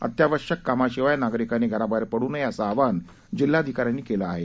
अत्यावश्यक कामांशिवाय नागरिकांनी घराबाहेर पडू नये असं आवाहन जिल्हाधिकाऱ्यांनी केलं आहे